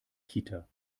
kita